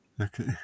Okay